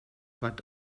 but